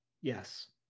Yes